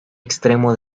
extremo